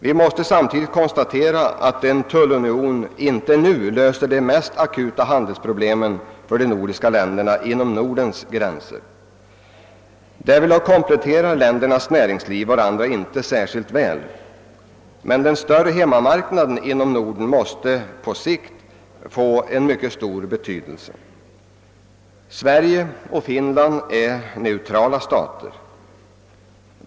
Vi måste samtidigt konstatera att en tullunion inte nu löser de mest akuta handelsproblemen för de nordiska länderna inom Nordens gränser. Därvidlag kompletterar dessa länders näringsliv varandra inte särskilt väl. Den större hemmamarknaden inom Norden måste emel lertid på längre sikt få stor betydelse. Sverige och Finland är neutrala stater.